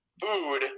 food